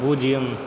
பூஜ்ஜியம்